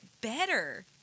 better